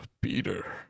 Peter